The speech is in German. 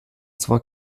zwar